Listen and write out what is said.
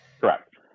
Correct